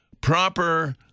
Proper